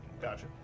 Gotcha